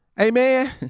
amen